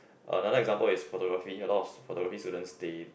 another example is photography a lot of photography students they